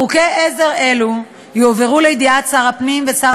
חוקי עזר אלו יועברו לידיעת שר הפנים ושר